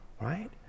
right